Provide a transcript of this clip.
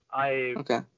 Okay